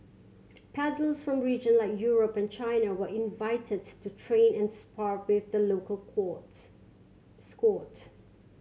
paddlers from region like Europe and China were invited to train and spar with the local quad squad